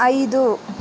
ಐದು